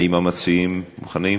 האם המציעים מוכנים?